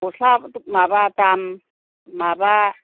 गस्ला माबा दाम माबा